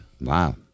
Wow